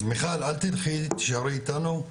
אז מיכל אל תלכי, תישארי איתנו,